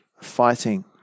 fighting